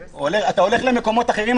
יוסי: אתה הולך למקומות אחרים,